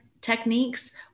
techniques